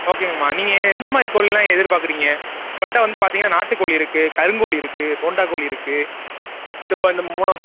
ஓகேங்கம்மா நீங்கள் எந்த மாதிரி கோழில்லாம் எதிர்பார்க்குறீங்க நம்மள்ட்ட வந்து பார்த்தீங்கன்னா நாட்டுக்கோழி இருக்குது கருங்கோழி இருக்குது போண்டாக்கோழி இருக்குது இந்த கோ இந்த மூணும்